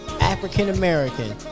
African-American